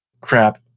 crap